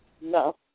No